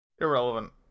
Irrelevant